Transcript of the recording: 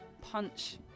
punch